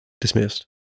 Dismissed